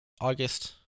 August